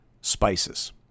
spices